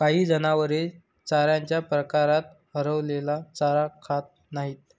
काही जनावरे चाऱ्याच्या प्रकारात हरवलेला चारा खात नाहीत